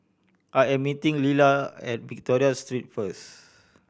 I am meeting Lila at Victoria Street first